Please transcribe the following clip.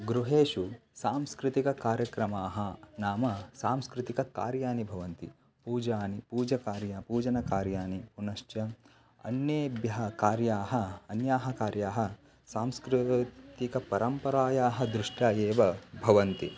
गृहेषु सांस्कृतिककार्यक्रमाः नाम सांस्कृतिककार्याणि भवन्ति पूजानि पूजाकार्यं पूजनकार्याणि पुनश्च अन्येभ्यः कार्याः अन्याः कार्याः सांस्कृतिकपरम्परायाः दृष्ट्या एव भवन्ति